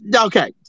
okay